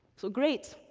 so, great,